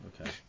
okay